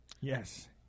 Yes